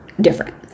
different